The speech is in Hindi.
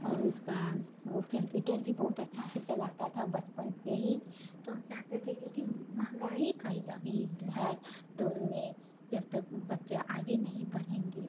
और उसका वह कम्प्यूटर भी बहुत अच्छा से चलाता था बचपन से ही तो हम चाहते थे कि अथी महँगाई का यह अभी है दौर में जब तक बच्चा आगे नहीं बढ़ेंगे